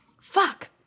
Fuck